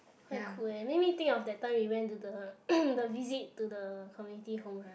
quite cool ya make me think of that time we went to the the visit to the community home right